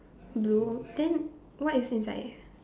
blue then what is inside